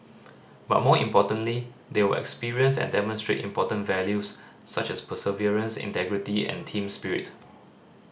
but more importantly they will experience and demonstrate important values such as perseverance integrity and team spirit